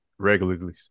Regularly